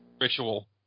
ritual